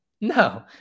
No